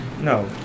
no